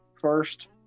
first